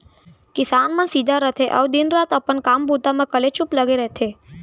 किसान मन सीधा रथें अउ दिन रात अपन काम बूता म कलेचुप लगे रथें